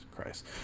Christ